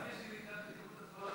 אז למה יש ירידה בהתחלות בנייה?